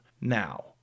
Now